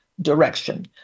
direction